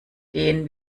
gehen